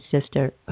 sister